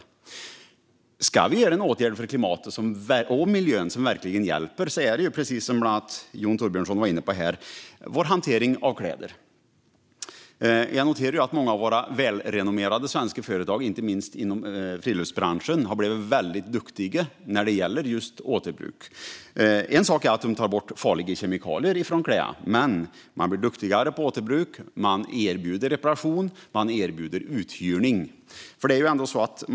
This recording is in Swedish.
Om vi ska vidta en åtgärd för klimatet och miljön som verkligen hjälper handlar det, precis som Jon Thorbjörnson var inne på, bland annat om vår användning av kläder. Jag noterar att många av våra välrenommerade svenska företag, inte minst inom friluftsbranschen, har blivit väldigt duktiga när det gäller just återbruk. En sak de gör är att ta bort farliga kemikalier från kläderna. Men de blir också duktigare på återbruk, och de erbjuder reparation och uthyrning.